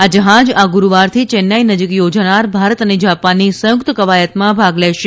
આ જહાજ આ ગુરૂવારથી ચેન્નાઇ નજીક યોજાનાર ભારત અને જાપાનની સંયુક્ત કવાયતમાં ભાગ લેશે